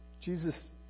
Jesus